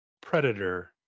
Predator